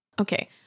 okay